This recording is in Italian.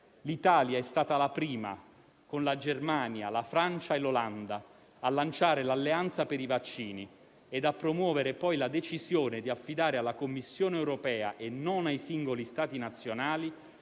L'Italia è stata la prima, con la Germania, la Francia e l'Olanda, a lanciare l'alleanza per i vaccini e a promuovere poi la decisione di affidare alla Commissione europea e non ai singoli Stati nazionali